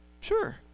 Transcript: Sure